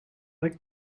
like